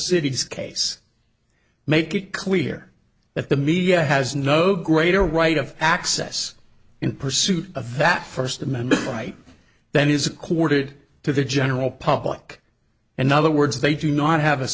cities case make it clear that the media has no greater right of access in pursuit of that first amendment right then is accorded to the general public in other words they do not have a